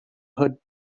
hood